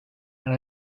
and